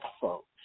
folks